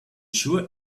sure